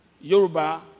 Yoruba